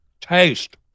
Taste